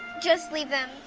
just leave them,